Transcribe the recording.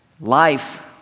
Life